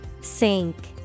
Sink